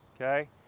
okay